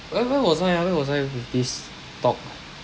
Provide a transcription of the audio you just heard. where where was I ah where was I with this talk